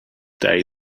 day